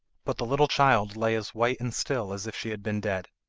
but the little child lay as white and still as if she had been dead.